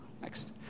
Next